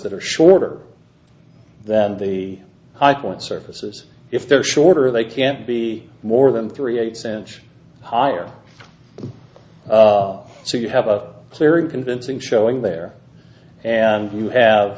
that are shorter than the high court surfaces if they're shorter they can't be more than three eighths inch higher so you have a clear and convincing showing there and you have